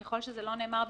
ככל שזה לא נאמר במפורש,